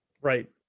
Right